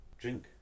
drink